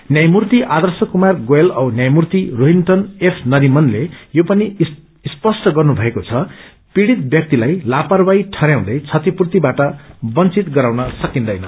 न्यायमूर्ति आर्दश कुमार गोयल औ न्यायमूर्ति रोहिण्टन एफ नरिमनले यो पनि स्पष्ट गर्नुषएको छ कि पीढ़ित व्यक्तिलाई लापारवाही ठहरयाउँदै क्षतिपूर्ति बाट बंचित गराउन सकिन्दैन